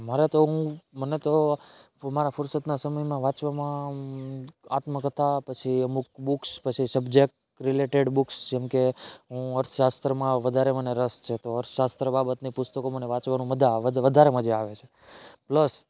મારે તો હું મને તો મારા ફુરસતના સમયમાં વાંચવામાં આત્મકથા પછી અમુક બુક્સ પછી સબ્જેક્ટ રિલેટેડ બુક્સ જેમકે હું અર્થશાસ્ત્રમાં વધારે મને રસ છે તો અર્થશાસ્ત્ર બાબતની પુસ્તકો મને વાંચવાનું વધારે મજા આવે છે પ્લસ